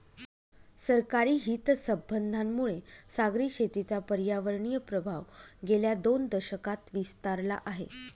सरकारी हितसंबंधांमुळे सागरी शेतीचा पर्यावरणीय प्रभाव गेल्या दोन दशकांत विस्तारला आहे